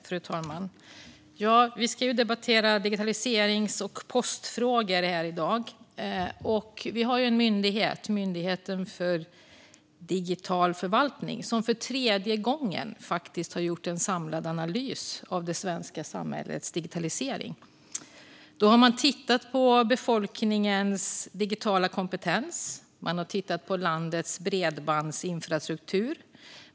Fru talman! Ja, vi debatterar digitaliserings och postfrågor här i dag. Vi har en myndighet, Myndigheten för digital förvaltning, som för tredje gången har gjort en samlad analys av det svenska samhällets digitalisering. Man har tittat på befolkningens digitala kompetens. Man har tittat på landets bredbandsinfrastruktur.